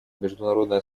международное